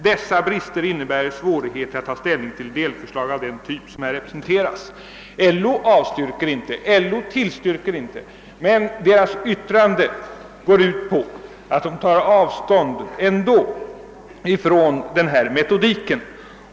Dessa brister innebär svårigheter att ta ställning till delförslag av den typ, som här representeras.» LO avstyrker inte men tillstyrker inte heller. Dess yttrande går emellertid ut på att LO tar avstånd ifrån metodiken.